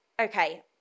okay